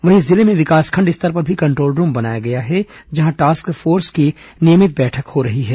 वहीं जिले में विकासखंड स्तर पर भी कंट्रोल रूम बनाया गया है जहां टास्क फोर्स की नियमित बैठक हो रही है